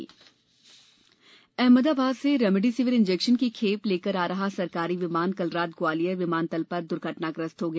विमान हादसा अहमदाबाद से रेमडेसिविर इंजेक्शन की खेप लेकर आ रहा सरकारी विमान कल रात ग्वालियर विमालतल पर दुर्घटनाग्रस्त हो गया